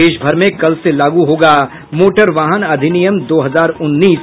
और देशभर में कल से लागू होगा मोटर वाहन अधिनियम दो हजार उन्नीस